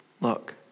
Look